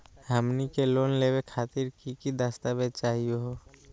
हमनी के लोन लेवे खातीर की की दस्तावेज चाहीयो हो?